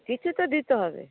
কিছু তো দিতে হবে